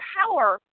power